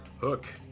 Hook